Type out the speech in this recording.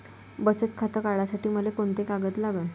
बचत खातं काढासाठी मले कोंते कागद लागन?